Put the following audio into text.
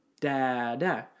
da-da